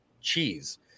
cheese